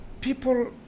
people